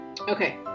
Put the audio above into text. Okay